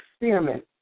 experiment